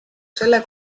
selle